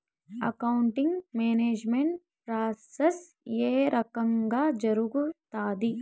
accounting management process ఏ రకంగా జరుగుతాది